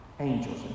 angels